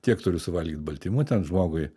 tiek turiu suvalgyt baltymų ten žmogui